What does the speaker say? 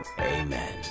Amen